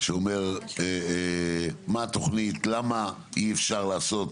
שאומר מה התכנית, למה אי-אפשר לעשות.